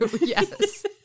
yes